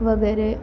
वगैरे